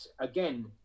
again